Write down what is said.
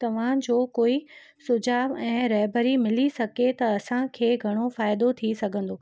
तव्हांजो कोई सुझाव ऐं रहबरी मिली सघे त असांखे घणो फ़ाइदो थी सघंदो